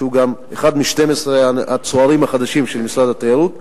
שהוא גם אחד מ-12 הצוערים החדשים של משרד התיירות,